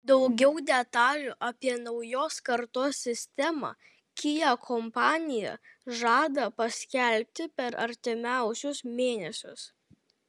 daugiau detalių apie naujos kartos sistemą kia kompanija žada paskelbti per artimiausius mėnesius